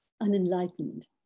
unenlightened